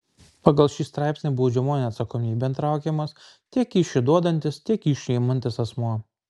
pagal šį straipsnį baudžiamojon atsakomybėn traukiamas tiek kyšį duodantis tiek kyšį imantis asmuo